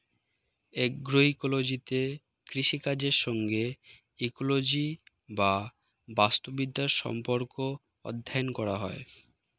অ্যাগ্রোইকোলজিতে কৃষিকাজের সঙ্গে ইকোলজি বা বাস্তুবিদ্যার সম্পর্ক অধ্যয়ন করা হয়